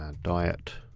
and diet,